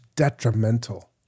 detrimental